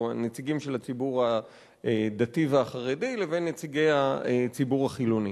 הנציגים של הציבור הדתי והחרדי לבין נציגי הציבור החילוני.